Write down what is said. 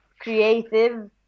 creative